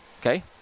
okay